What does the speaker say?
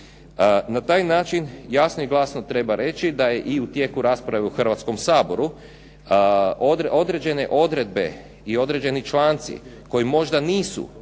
Na taj način jasno i glasno treba reći da je i u tijeku rasprave u Hrvatskom saboru određene odredbe i određeni članci koji možda nisu jasno